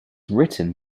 written